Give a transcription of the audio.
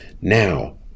now